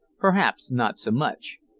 perhaps not so much.